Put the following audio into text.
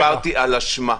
לא דיברתי על אשמה,